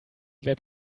web